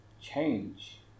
change